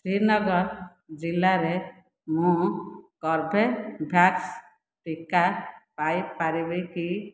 ଶ୍ରୀନଗର ଜିଲ୍ଲାରେ ମୁଁ କର୍ବେଭ୍ୟାକ୍ସ ଟିକା ପାଇ ପାରିବି କି